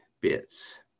bits